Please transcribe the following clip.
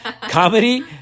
comedy